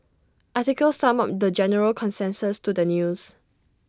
article summed up the general consensus to the news